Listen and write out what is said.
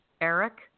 Eric